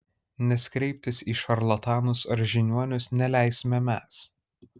nes kreiptis į šarlatanus ar žiniuonius neleisime mes